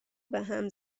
بهم